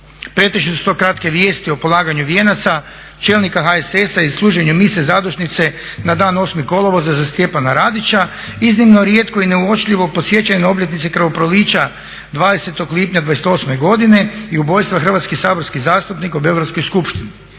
Pretežno su to kratke vijesti o polaganju vijenaca, čelnika HSS-a i služenju mise zadušnice na dan 8. kolovoza za Stjepana Radića iznimno rijetko i neuočljivo podsjećaju na obljetnice krvoprolića 20. lipnja '28. godine i ubojstva hrvatskih saborskih zastupnika u Beogradskoj skupštini.